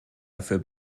dafür